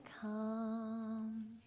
come